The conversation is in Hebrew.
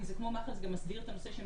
אם זה כמו מח"ל זה גם מסביר את הנושא שהן